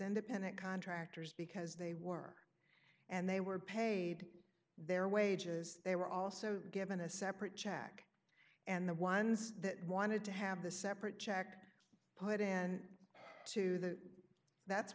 independent contractors because they work and they were paid their wages they were also given a separate check and the ones that wanted to have the separate checked put in to the that's